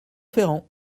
ferrand